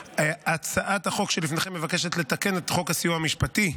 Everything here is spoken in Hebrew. הצעת החוק שלפניכם מבקשת לתקן את חוק הסיוע המשפטי,